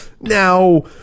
Now